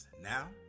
Now